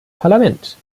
parlament